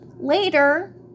later